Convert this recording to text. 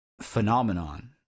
phenomenon